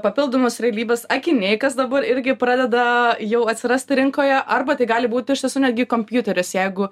papildomos realybės akiniai kas dabar irgi pradeda jau atsirasti rinkoje arba tai gali būt iš tiesų netgi kompiuteris jeigu